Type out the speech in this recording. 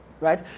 Right